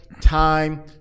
time